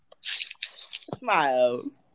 Smiles